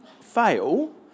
fail